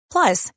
Plus